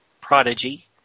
Prodigy